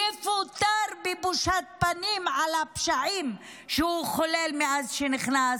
יפוטר בבושת פנים על הפשעים שהוא חולל מאז שנכנס.